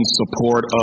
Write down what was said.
support